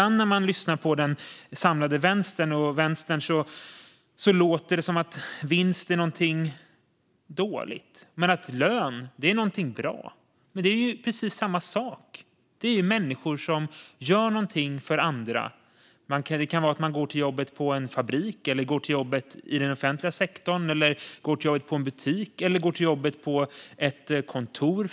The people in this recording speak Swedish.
När man lyssnar på den samlade vänstern låter det ibland som att vinst är något dåligt och att lön är någonting bra. Men det är ju precis samma sak. Det handlar om människor som gör något för andra. Kanske går man till jobbet på en fabrik, i offentlig sektor, i en butik, på ett kontor.